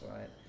right